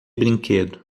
brinquedo